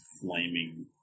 flaming